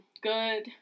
good